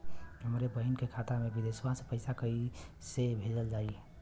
हमरे बहन के खाता मे विदेशवा मे पैसा कई से भेजल जाई?